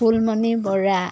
Phulmoni Bora